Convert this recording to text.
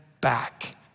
back